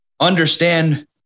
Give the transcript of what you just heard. understand